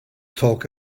talk